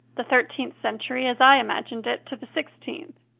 the thirteenth century as i imagined it to the sixteenth.